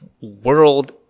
world